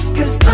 Cause